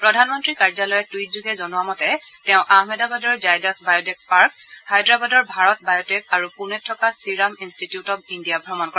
প্ৰধানমন্ত্ৰী কাৰ্যালয়ে টুইটযোগে জনোৱামতে তেওঁ আহমেদাবাদৰ জায়দাছ বায় টেক পাৰ্ক হায়দৰাবাদৰ ভাৰত বায় টেক আৰু পূণেত থকা ছিৰাম ইনষ্টিটিউট অৱ ইণ্ডিয়া ভ্ৰমণ কৰে